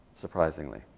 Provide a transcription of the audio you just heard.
Surprisingly